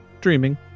dreaming